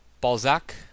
Balzac